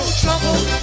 trouble